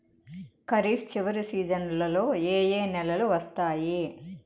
ఖరీఫ్ చివరి సీజన్లలో ఏ ఏ నెలలు వస్తాయి